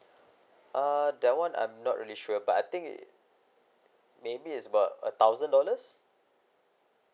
uh that one I'm not really sure but I think it maybe it's about a thousand dollars